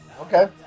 Okay